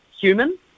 human